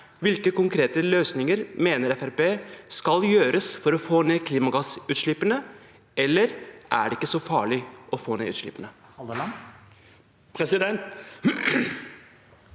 Hvilke konkrete løsninger mener Fremskrittspartiet skal velges for å få ned klimagassutslippene? Eller er det ikke så farlig å få ned utslippene?